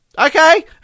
okay